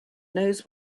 knows